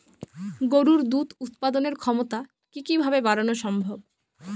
গরুর দুধ উৎপাদনের ক্ষমতা কি কি ভাবে বাড়ানো সম্ভব?